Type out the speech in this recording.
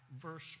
verse